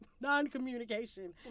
non-communication